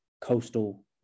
coastal